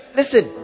listen